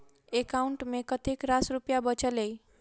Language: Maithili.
एकाउंट मे कतेक रास रुपया बचल एई